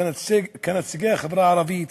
כנציגי החברה הערבית,